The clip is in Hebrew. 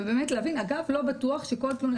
אגב לא בטוח שכל תלונה.